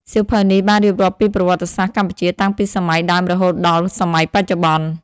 សៀវភៅនេះបានរៀបរាប់ពីប្រវត្តិសាស្ត្រកម្ពុជាតាំងពីសម័យដើមរហូតដល់សម័យបច្ចុប្បន្ន។